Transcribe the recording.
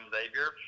Xavier